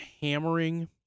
hammering